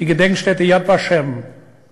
ביקרתי ב"יד ושם".